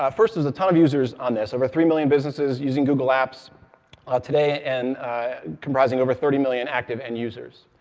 ah first, there's a ton of users on this. over three million businesses using google apps ah today, and comprising over thirty million active end users.